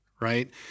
right